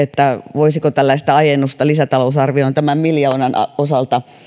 voisiko tällaista aikaistamista lisätalousarvioon tämän miljoonan osalta